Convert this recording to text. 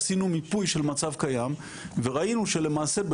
עשינו מיפוי של מצב קיים וראינו שמעשה,